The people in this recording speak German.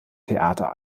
theater